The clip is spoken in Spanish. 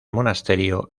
monasterio